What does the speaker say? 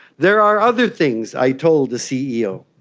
there are other things i told the ceo.